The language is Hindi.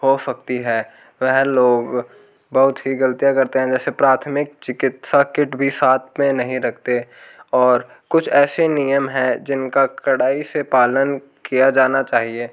हो सकती है वे लोग बहुत ही ग़लतियाँ करते हैं जैसे प्राथमिक चिकित्सा किट भी साथ में नहीं रखते और कुछ ऐसे नियम है जिन का कड़ाई से पालन किया जाना चाहिए